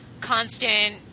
constant